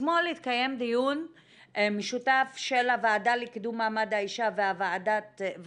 אתמול התקיים דיון משותף של הוועדה לקידום מעמד האישה וועדת